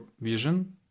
vision